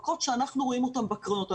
הפקות שאנחנו רואים אותן בקרנות,